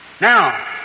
Now